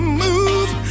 move